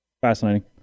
Fascinating